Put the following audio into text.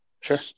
Sure